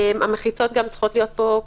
המחיצות צריכות להיות קשיחות,